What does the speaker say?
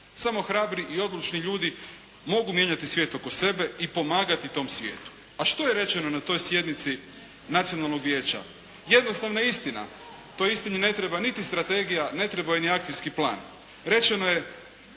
Samo hrabri i odlučni ljudi mogu mijenjati svijet oko sebe i pomagati tom svijetu. A što je rečeno na toj sjednici Nacionalnog vijeća? Jednostavna istina. Toj istini ne treba niti strategija, ne treba joj ni akcijski plan. Rečeno je,